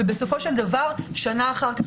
ובסופו של דבר שנה אחר כך,